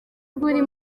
buri